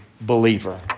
believer